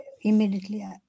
immediately